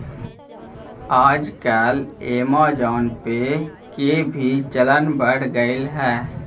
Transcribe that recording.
आजकल Amazon pay के भी चलन बढ़ गेले हइ